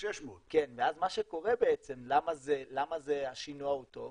ואז מה שקורה בעצם, למה השינוע הוא טוב?